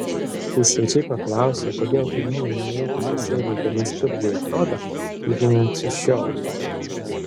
kai svečiai paklausė kodėl kaimyninių ūkių pasėliai gana skurdžiai atrodo lyginant su šio ūkio